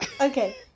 Okay